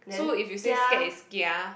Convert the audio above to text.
so if you said scared is kia